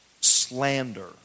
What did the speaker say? slander